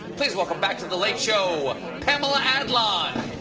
please welcome back to the late show pamela adlon.